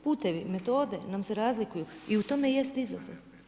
Putevi, metode nam se razlikuju i u tome jest izazov.